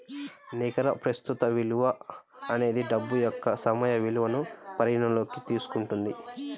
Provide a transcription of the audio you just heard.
నికర ప్రస్తుత విలువ అనేది డబ్బు యొక్క సమయ విలువను పరిగణనలోకి తీసుకుంటుంది